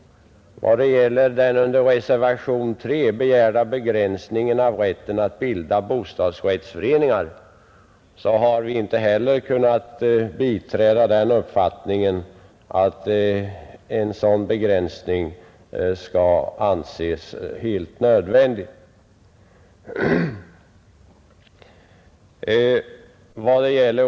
I reservationen 3 begärs en översyn av rätten att bilda bostadsrättsföreningar. Vi har inte kunnat biträda uppfattningen att en begränsning här skall anses helt nödvändig.